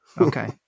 Okay